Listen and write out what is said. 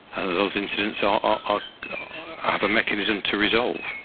ah those incidents um ah ah ah have a mechanism to resolve.